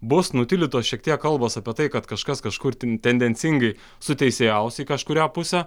bus nutildytos šiek tiek kalbos apie tai kad kažkas kažkur ten tendencingai suteisėjaus į kažkurią pusę